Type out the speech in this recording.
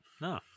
no